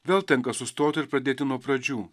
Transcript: vėl tenka sustoti ir pradėti nuo pradžių